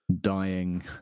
dying